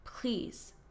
Please